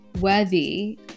worthy